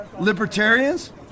libertarians